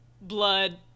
blood